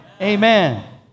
Amen